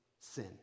sin